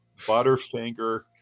butterfinger